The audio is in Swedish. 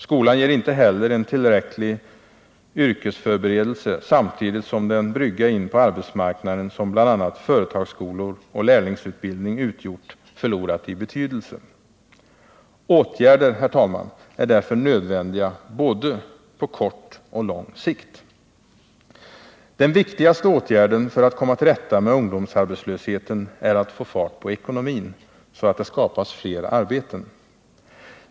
Skolan ger inte heller en tillräcklig yrkesförberedelse, samtidigt som den brygga in på arbetsmarknaden som bl.a. företagsskolor och lärlingsutbildning utgjort har förlorat i betydelse. Åtgärder är därför nödvändiga på både kort och lång sikt! Den viktigaste åtgärden för att komma till rätta med ungdomsarbetslösheten är att få fart på ekonomin, så att det skapas fler arbeten.